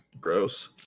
Gross